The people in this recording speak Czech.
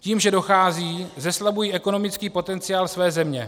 Tím, že odcházejí, zeslabují ekonomický potenciál své země.